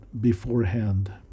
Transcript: beforehand